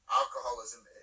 alcoholism